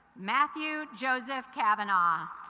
matthew joseph kavanagh